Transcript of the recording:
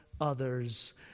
others